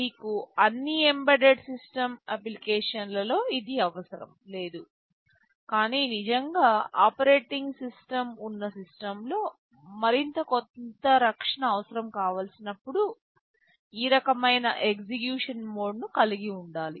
మీకు అన్ని embedded system అప్లికేషన్లలో ఇది అవసరం లేదు కానీ నిజంగా ఆపరేటింగ్ సిస్టమ్ ఉన్న సిస్టమ్లో మరియు కొంత రక్షణ అవసరం కావలసినప్పుడు ఈ రకమైన ఎగ్జిక్యూషన్ మోడ్ను కలిగి ఉండాలి